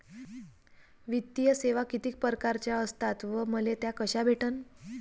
वित्तीय सेवा कितीक परकारच्या असतात व मले त्या कशा भेटन?